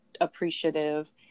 appreciative